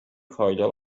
کایلا